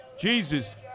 Jesus